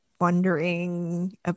wondering